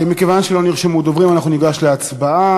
מכיוון שלא נרשמו דוברים, אנחנו ניגש להצבעה.